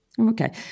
Okay